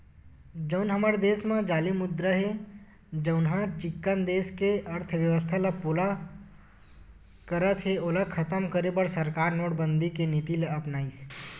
जउन हमर देस म जाली मुद्रा हे जउनहा चिक्कन देस के अर्थबेवस्था ल पोला करत हे ओला खतम करे बर सरकार नोटबंदी के नीति ल अपनाइस